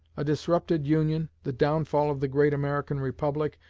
a disrupted union, the downfall of the great american republic,